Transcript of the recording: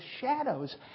shadows